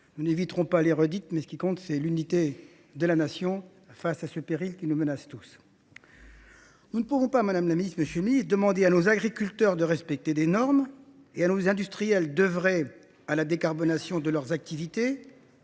nous n’éviterons pas les redites. Mais ce qui compte, c’est l’unité de la Nation face à ce péril, qui nous menace tous. Nous ne pouvons pas, madame la ministre, monsieur le ministre, demander à nos agriculteurs de respecter des normes et à nos industriels d’œuvrer à la décarbonation de leurs activités